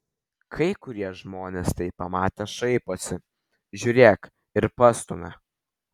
kai kurie žmonės tai pamatę šaiposi žiūrėk ir pastumia